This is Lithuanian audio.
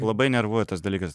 labai nervuoja tas dalykas